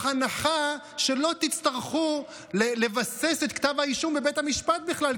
הנחה שלא תצטרכו לבסס את כתב האישום בבית המשפט בכלל,